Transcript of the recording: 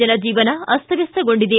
ಜನಜೀವನ ಅಸ್ತವ್ಯಸ್ತಗೊಂಡಿದೆ